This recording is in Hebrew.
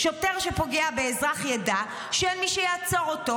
שוטר שפוגע באזרח ידע שאין מי שיעצור אותו,